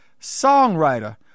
songwriter